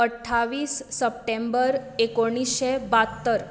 अठ्ठावीस सप्टेंबर एकोणिशें बात्तर